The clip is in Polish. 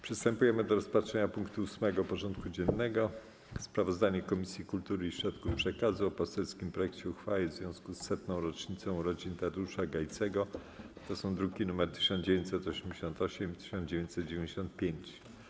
Przystępujemy do rozpatrzenia punktu 8. porządku dziennego: Sprawozdanie Komisji Kultury i Środków Przekazu o poselskim projekcie uchwały w związku z setną rocznicą urodzin Tadeusza Gajcego (druki nr 1988 i 1995)